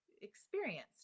experienced